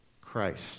Christ